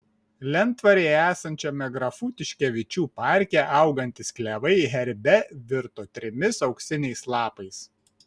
lentvaryje esančiame grafų tiškevičių parke augantys klevai herbe virto trimis auksiniais lapais